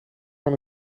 van